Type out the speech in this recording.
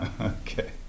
Okay